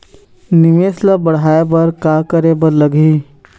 निवेश ला बड़हाए बर का करे बर लगही?